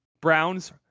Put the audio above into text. Browns